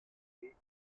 est